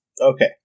Okay